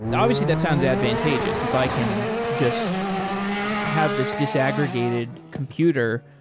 but obviously, that sounds advantageous. if i can just have this disaggregated computer,